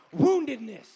woundedness